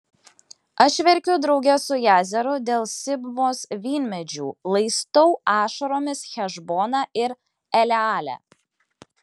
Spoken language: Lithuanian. aš verkiu drauge su jazeru dėl sibmos vynmedžių laistau ašaromis hešboną ir elealę